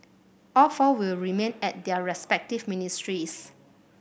all four will remain at their respective ministries